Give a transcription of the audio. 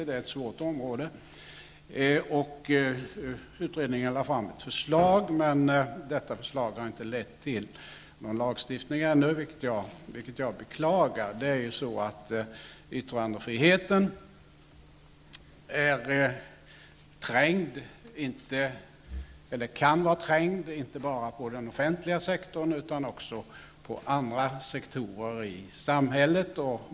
Detta är ett svårt område. Utredningen har lagt fram ett förslag. Men förslaget har ännu inte lett till någon lagstiftning, vilket jag beklagar. Yttrandefriheten kan vara trängd inte bara inom den offentliga sektorn utan också inom andra sektorer i samhället.